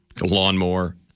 Lawnmower